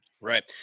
Right